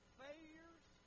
failures